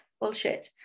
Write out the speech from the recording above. bullshit